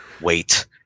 wait